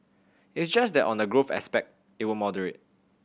it's just that on the growth aspect it will moderate